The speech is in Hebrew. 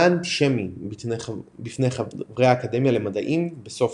אנטישמי בפני חברי האקדמיה למדעים בסופיה.